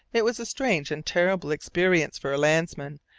it was a strange and terrible experience for a landsman,